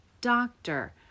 doctor